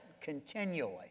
continually